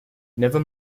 never